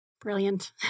Brilliant